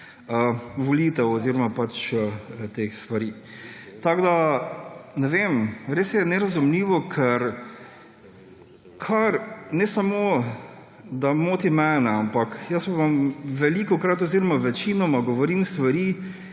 volitev oziroma pač teh stvari. Tako ne vem. Res je nerazumljivo, ker ne samo da moti mene, ampak vam velikokrat oziroma večinoma govorim stvari,